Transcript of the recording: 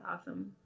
awesome